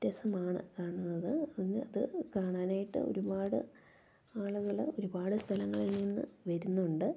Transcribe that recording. രസമാണ് കാണുന്നത് പിന്നെ അത് കാണാനായിട്ട് ഒരുപാട് ആളുകൾ ഒരുപാട് സ്ഥലങ്ങളിൽ നിന്ന് വരുന്നുണ്ട്